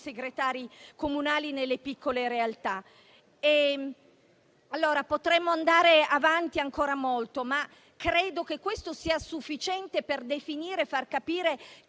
segretari comunali nelle piccole realtà. Potremmo andare avanti ancora molto, ma credo che ciò sia sufficiente per definire e far capire